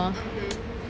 mmhmm